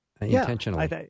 intentionally